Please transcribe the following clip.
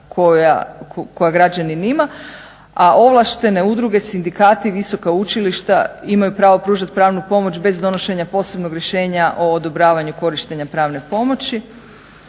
koja građanin ima, a ovlaštene udruge, sindikati i visoka učilišta imaju pravo pružati pravnu pomoć bez donošenja posebnog rješenja o odobravanju korištenja pravne pomoći.